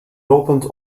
lopend